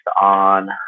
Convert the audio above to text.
on